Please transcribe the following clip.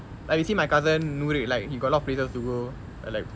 like you see my cousin noor like he got a lot of places to go like